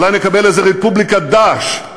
אולי נקבל איזו רפובליקת "דאעש"?